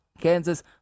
Kansas